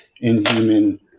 inhuman